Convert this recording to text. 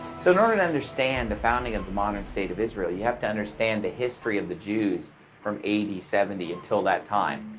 in order to understand the founding of the modern state of israel, you have to understand the history of the jews from a d. seventy until that time,